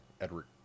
Edward